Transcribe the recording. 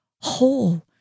whole